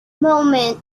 movement